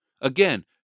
Again